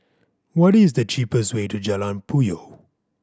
what is the cheapest way to Jalan Puyoh